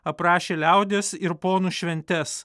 aprašė liaudies ir ponų šventes